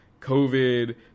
COVID